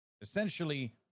essentially